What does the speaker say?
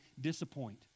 disappoint